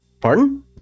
Pardon